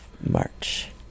March